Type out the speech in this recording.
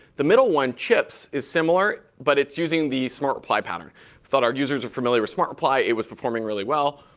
the middle one, chips, is similar, but it's using the smart reply pattern. we thought our users are familiar smart reply. it was performing really well.